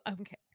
okay